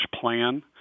plan